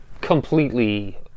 completely